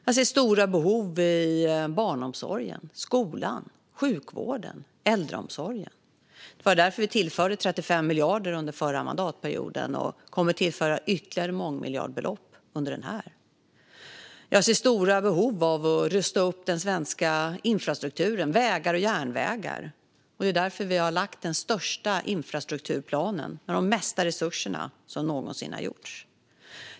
Jag ser stora behov i barnomsorgen, skolan, sjukvården och äldreomsorgen. Det var därför vi tillförde 35 miljarder under förra mandatperioden, och vi kommer att tillföra ytterligare mångmiljardbelopp under den här. Jag ser stora behov av att rusta upp den svenska infrastrukturen, vägar och järnvägar. Det är därför vi har lagt fram den största infrastrukturplanen med mest resurser någonsin.